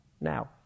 Now